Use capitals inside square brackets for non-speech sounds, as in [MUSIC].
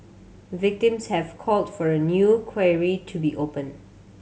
victims have called for a new [UNINTELLIGIBLE] to be opened